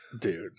dude